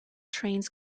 trains